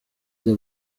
the